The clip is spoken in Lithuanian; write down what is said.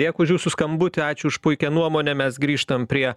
dėkui už jūsų skambutį ačiū už puikią nuomonę mes grįžtam prie